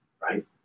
right